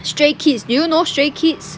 stray kids do you know stray kids